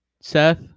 Seth